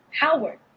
Howard